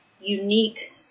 unique